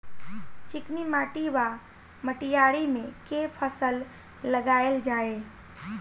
चिकनी माटि वा मटीयारी मे केँ फसल लगाएल जाए?